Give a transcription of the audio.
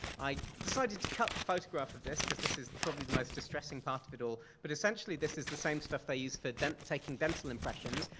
i decided to cut the photograph of this, cause this is probably the most distressing part of it all, but essentially this is the same stuff they use for taking dental impressions,